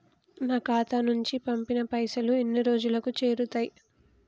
నా ఖాతా నుంచి పంపిన పైసలు ఎన్ని రోజులకు చేరుతయ్?